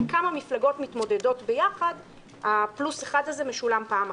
אם כמה מפלגות מתמודדות ביחד הפלוס אחד הזה משולם פעם אחת.